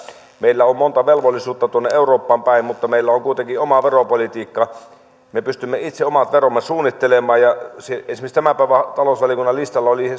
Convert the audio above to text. meillä on monta velvollisuutta tuonne eurooppaan päin mutta meillä on on kuitenkin oma veropolitiikka me pystymme itse omat veromme suunnittelemaan esimerkiksi tämän päivän talousvaliokunnan listalla oli näköjään